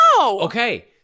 Okay